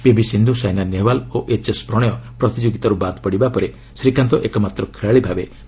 PV Sindhu Saina Nehwal ଓ HS Prannoy ପ୍ରତିଯୋଗିତାରୁ ବାଦ୍ ପଡ଼ିବା ପରେ ଶ୍ରୀକାନ୍ତ ଏକମାତ୍ର ଖେଳାଳି ଭାବେ ରହିଥିଲେ